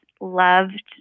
loved